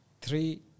three